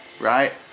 right